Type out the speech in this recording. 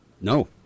No